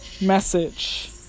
message